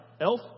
Elf